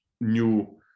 new